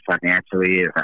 financially